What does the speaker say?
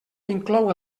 inclou